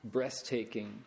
breathtaking